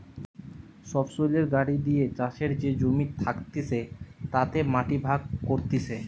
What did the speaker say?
সবসৈলের গাড়ি দিয়ে চাষের যে জমি থাকতিছে তাতে মাটি ভাগ করতিছে